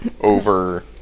over